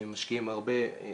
אנחנו רואים מי נמצא מעבר לקו,